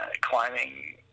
climbing